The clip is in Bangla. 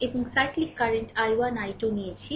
এবং সাইক্লিক কারেন্ট I1 I2 নিয়েছি